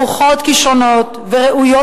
ברוכות כשרונות וראויות,